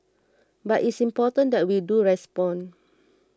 but it's important that we do respond